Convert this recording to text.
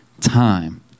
time